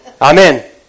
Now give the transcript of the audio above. Amen